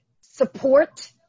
support